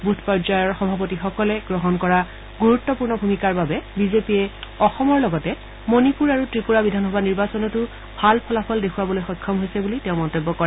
booth পৰ্যায়ৰ সভাপতিসকলে গ্ৰহণ কৰা গুৰুত্বপূৰ্ণ ভূমিকাৰ বাবে বিজেপিয়ে অসমৰ লগতে মণিপুৰ আৰু ত্ৰিপুৰা বিধানসভা নিৰ্বাচনতো ভাল ফলাফল দেখুৱাবলৈ সক্ষম হৈছে বুলি তেওঁ মন্তব্য কৰে